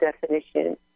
definition